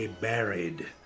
buried